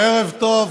ערב טוב,